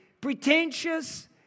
pretentious